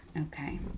okay